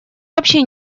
вообще